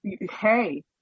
Hey